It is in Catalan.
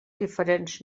diferents